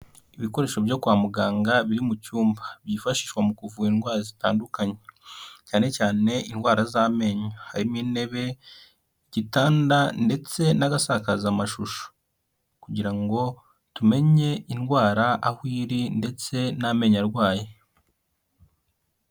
Ibikoresho byo kwa muganga biri mu cyumba, byifashishwa mu kuvura indwara zitandukanye, cyane cyane indwara z'amenyo. Harimo intebe, igitanda ndetse n'agasakaza amashusho, kugira ngo tumenye indwara aho iri ndetse n'amenyo arwaye.